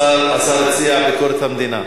מקבלים.